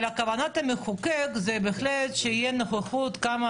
אבל כוונת המחוקק היא בהחלט שתהיה נוכחות כמה